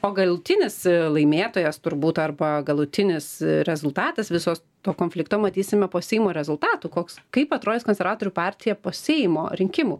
o galutinis laimėtojas turbūt arba galutinis rezultatas visos to konflikto matysime po seimo rezultatų koks kaip atrodys konservatorių partija po seimo rinkimų